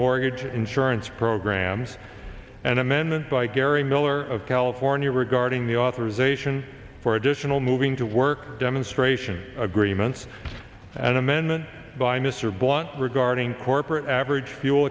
mortgage insurance programs an amendment by gary miller of california regarding the author zation for additional moving to work demonstration agreements an amendment by mr blunt regarding corporate average fuel